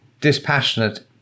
dispassionate